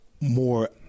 more